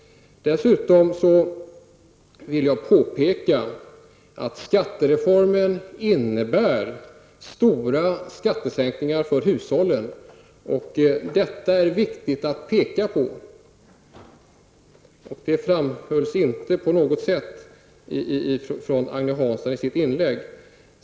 Dessutom vill jag påpeka att skattereformen innebär stora skattesänkningar för hushållen. Detta är viktigt att betona, och det framkom inte på något sätt av Agne Hanssons inlägg.